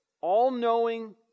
all-knowing